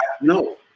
no